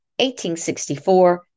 1864